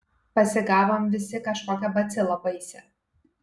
pasigavom visi kažkokią bacilą baisią